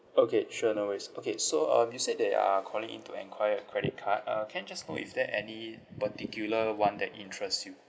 okay sure no worries okay so um you said that you are calling in to enquire a credit card uh can I just know if there any particular one that interests you